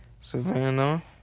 Savannah